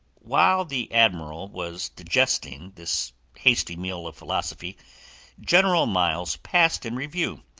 while the admiral was digesting this hasty meal of philosophy general miles passed in review,